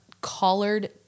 collared